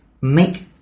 make